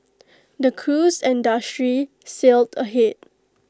the cruise industry sailed ahead